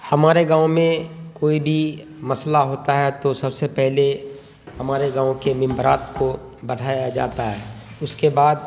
ہمارے گاؤں میں کوئی بھی مسئلہ ہوتا ہے تو سب سے پہلے ہمارے گاؤں کے ممبرات کو برھایا جاتا ہے اس کے بعد